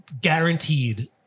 Guaranteed